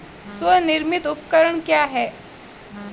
स्वनिर्मित उपकरण क्या है?